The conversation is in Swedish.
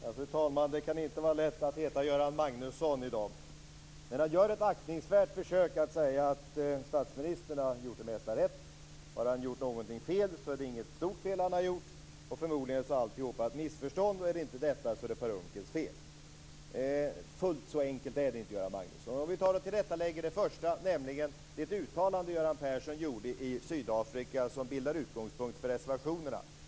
Fru talman! Det kan inte vara lätt att heta Göran Magnusson i dag. Men han gör ett aktningsvärt försök att säga att statsministern har gjort det mesta rätt. Har han gjort någonting fel så är det inget stort fel han har gjort. Förmodligen är alltihop ett missförstånd, och är det inte detta så är det Per Unckels fel. Fullt så enkelt är det inte, Göran Magnusson. Vi kan ta och tillrättalägga det första, nämligen det uttalande som Göran Persson gjorde i Sydafrika och som bildar utgångspunkt för reservationerna.